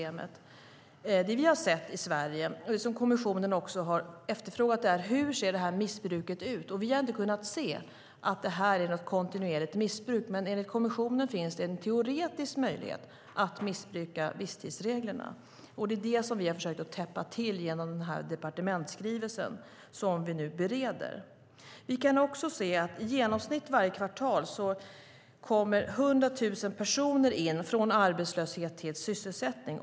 Det som vi har undersökt, och som kommissionen också har efterfrågat, är hur det här missbruket ser ut. Vi har inte kunnat se att det här är något kontinuerligt kommissionen. Men enligt kommissionen finns det en teoretisk möjlighet att missbruka visstidsreglerna, och det är det som vi försöker att täppa till genom den departementsskrivelse som vi nu bereder. I genomsnitt varje kvartal kommer 100 000 personer in från arbetslöshet till sysselsättning.